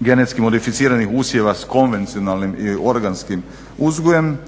genetski modificiranih usjeva sa konvencionalnim i organskim uzgojem